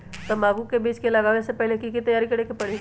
तंबाकू के बीज के लगाबे से पहिले के की तैयारी करे के परी?